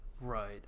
right